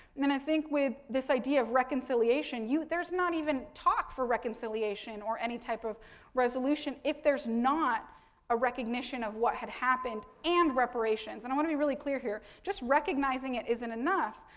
mean, i think with this idea of reconciliation, you, there's not even talk for reconciliation or any type of resolution if there's not a recognition of what had happened and reparations. and i want to be really clear here, just recognizing it isn't enough,